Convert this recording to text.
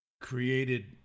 created